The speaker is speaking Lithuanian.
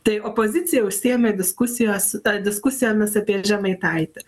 tai opozicija užsiėmė diskusijos diskusijomis apie žemaitaitį